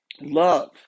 Love